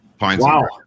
wow